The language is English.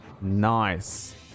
Nice